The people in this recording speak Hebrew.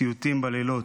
סיוטים בלילות.